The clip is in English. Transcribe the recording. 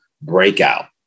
breakout